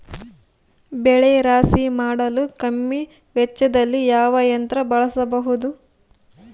ಬೆಳೆ ರಾಶಿ ಮಾಡಲು ಕಮ್ಮಿ ವೆಚ್ಚದಲ್ಲಿ ಯಾವ ಯಂತ್ರ ಬಳಸಬಹುದು?